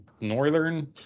northern